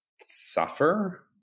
suffer